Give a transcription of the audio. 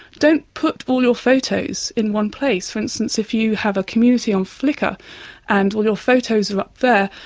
don't put all your photos in one place. for instance, if you have a community on flickr and all your photos are up there,